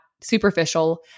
superficial